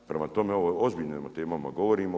Prema tome, o ozbiljnim temama govorimo.